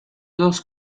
los